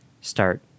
start